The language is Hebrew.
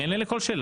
אני אענה לכל שאלה.